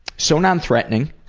so non-threatening,